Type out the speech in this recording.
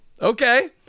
okay